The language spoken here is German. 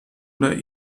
oder